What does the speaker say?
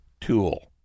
tool